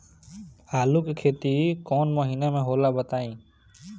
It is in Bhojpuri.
आलू के खेती कौन महीना में होला बताई?